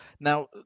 Now